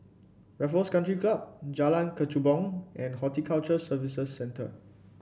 Raffles Country Club Jalan Kechubong and Horticulture Services Centre